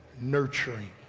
Nurturing